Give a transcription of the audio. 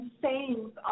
sayings